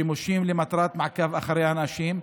שימושים למטרת מעקב אחרי אנשים,